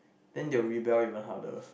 then they will rebel even harder